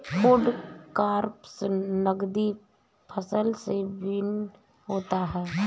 food crops नगदी फसल से भिन्न होता है